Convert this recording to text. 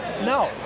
no